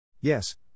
Yes